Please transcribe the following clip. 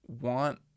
want